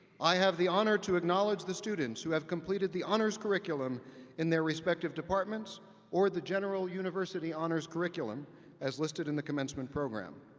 i have the honor to acknowledge the students who have completed the honors curriculum in their respective departments or the general university honors curriculum as listed in the commencement program.